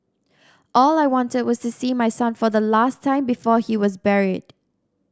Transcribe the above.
all I wanted was to see my son for the last time before he was buried